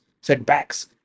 setbacks